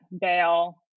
bail